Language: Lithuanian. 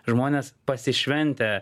žmonės pasišventę